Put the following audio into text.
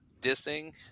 dissing